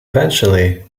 eventually